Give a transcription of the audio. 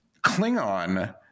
Klingon